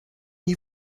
you